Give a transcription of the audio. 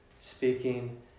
Speaking